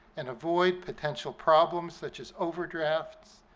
and avoid potential problems such as overdrafts,